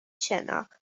شناخت